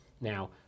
Now